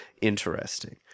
interesting